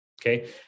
okay